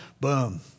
boom